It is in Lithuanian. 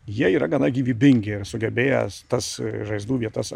jie yra gana gyvybingi ir sugebėję tas žaizdų vietas